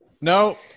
No